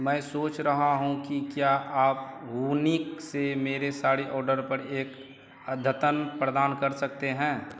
मैं सोच रहा हूँ कि क्या आप वूनिक से मेरे साड़ी ऑडर पर एक अद्यतन प्रदान कर सकते हैं